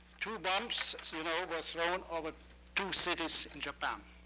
two bombs you know were thrown over two cities in japan.